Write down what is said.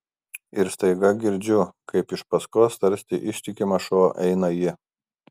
ir staiga girdžiu kaip iš paskos tarsi ištikimas šuo eina ji